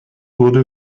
wurde